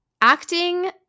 acting